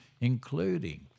Including